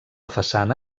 façana